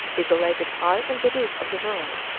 isolated high on the roof of the world,